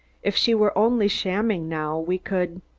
if she were only shamming now, we could.